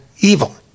evil